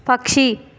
పక్షి